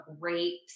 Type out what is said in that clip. rapes